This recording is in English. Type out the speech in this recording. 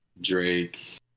Drake